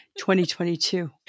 2022